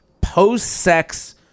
post-sex